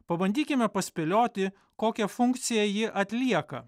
pabandykime paspėlioti kokią funkciją ji atlieka